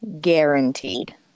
Guaranteed